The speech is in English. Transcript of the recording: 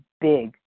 big